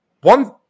one